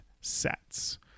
sets